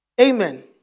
Amen